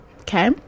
okay